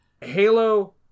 Halo